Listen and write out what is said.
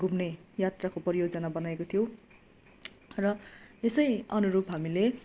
घुम्ने यात्राको परियोजना बनाएको थियौँ र यसै अनुरूप हामीले